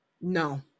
No